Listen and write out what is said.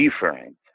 different